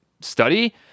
study